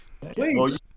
please